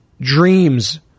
dreams